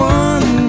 one